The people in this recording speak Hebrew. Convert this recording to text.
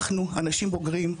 אנחנו אנשים בוגרים,